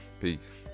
Peace